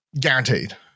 Guaranteed